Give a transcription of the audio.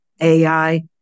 AI